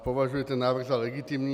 Považuji ten návrh za legitimní.